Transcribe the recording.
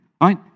right